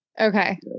Okay